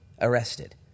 arrested